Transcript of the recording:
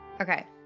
okay